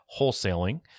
wholesaling